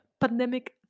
pandemic